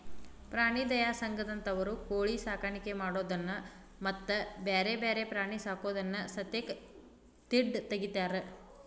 ಪ್ರಾಣಿ ದಯಾ ಸಂಘದಂತವರು ಕೋಳಿ ಸಾಕಾಣಿಕೆ ಮಾಡೋದನ್ನ ಮತ್ತ್ ಬ್ಯಾರೆ ಬ್ಯಾರೆ ಪ್ರಾಣಿ ಸಾಕೋದನ್ನ ಸತೇಕ ತಿಡ್ಡ ತಗಿತಾರ